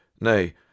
nay